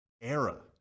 era